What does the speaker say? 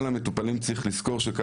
צריך לזכור שכל